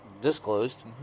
disclosed